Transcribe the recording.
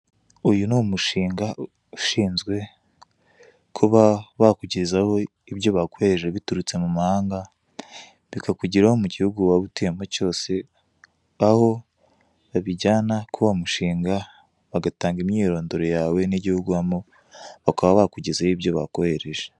Uyu ni umushinga ushinzwe kuba bakugezaho ibyo bakohereje biturutse mu mahanga, bikakugeraho mu gihugu waba utuyemo cyose, aho babijyana k'uwo mushinga bagatanga imyirondoro yawe n'igihugu ubamo, bakaba bakugezeho ibyo bakohereje.